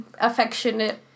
Affectionate